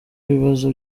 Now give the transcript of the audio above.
ibibazo